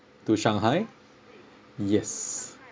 to shanghai yes